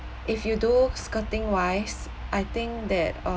if you do skirting wise I think that uh